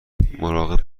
مراقب